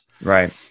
Right